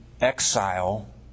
exile